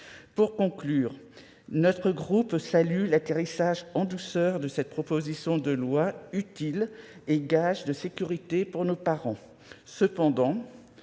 Pour conclure, notre groupe salue l'atterrissage en douceur de cette proposition de loi utile et gage de sécurité pour les parents.